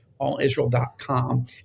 allisrael.com